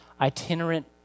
itinerant